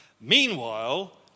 Meanwhile